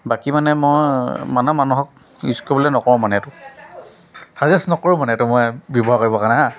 বাকী মানে মই মানে মানুহক ইউজ কৰিবলৈ নকওঁ মানে এইটো ছাজেষ্ট নকৰোঁ মানে এইটো মই ব্যৱহাৰ কৰিব কাৰণে হা